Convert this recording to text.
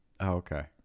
Okay